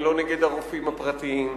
אני לא נגד הרופאים הפרטיים,